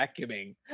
vacuuming